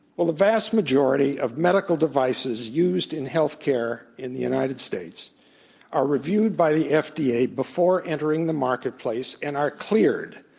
well, the vast majority of medical devices used in healthcare in the united states are reviewed by the fda before entering the marketplace, and are cleared.